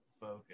Focus